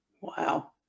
Wow